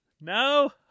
No